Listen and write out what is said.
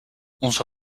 onze